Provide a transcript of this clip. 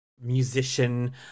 musician